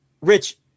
Rich